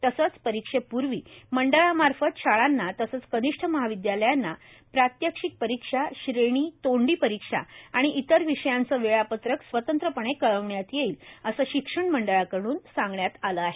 तसेच परीक्षेपूर्वी मंडळामार्फत शाळांना तसेच कनिष्ठ महाविदयालयांना प्रात्यक्षिक परीक्षा श्रेणी तोंडी परीक्षा आणि इतर विषयांचे वेळापत्रक स्वतंत्रपणे कळवण्यात येईल असे शिक्षण मंडळाकड्रन सांगण्यात आले आहे